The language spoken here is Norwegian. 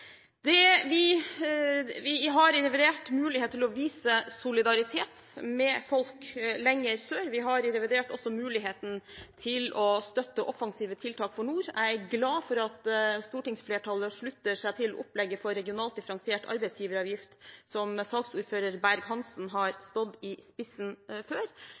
Vi har i revidert nasjonalbudsjett mulighet til å vise solidaritet med folk lenger sør. Vi har i revidert nasjonalbudsjett også mulighet til å støtte offensive tiltak for nord. Jeg er glad for at stortingsflertallet slutter seg til opplegget for regionalt differensiert arbeidsgiveravgift, som saksordføreren, Berg-Hansen, har stått i spissen